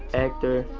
actor,